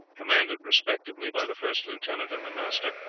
commanded respectively by the first lieutenant and the master.